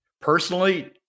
personally